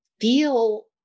feel